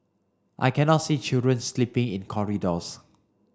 I cannot see children sleeping in corridors